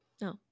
No